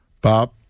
Bob